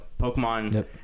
Pokemon